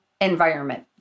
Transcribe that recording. environment